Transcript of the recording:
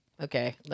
Okay